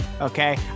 okay